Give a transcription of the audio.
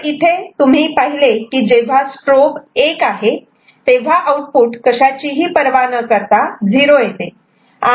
तर इथे तुम्ही पाहिले की जेव्हा स्ट्रोब 1 आहे तेव्हा आउटपुट X X ची परवा न करता 0 येते